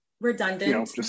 redundant